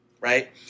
right